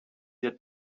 ihr